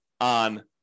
on